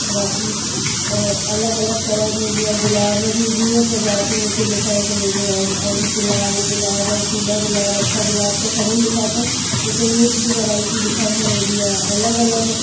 बाक़ी अलॻि अलॻि तरह जूं जीअं गुलाब जूं वीह प्रजातियूं हुते ॾिसण खे मिलदियूं आहिनि अल हिकु गुलाल गुलाब पीला गुलाब छह गुलाब त सभिन ॾिसा अथऊं हुते मिक्सड वैरायइटी ॾिखण में मिलंदी आहे अलॻि अलॻि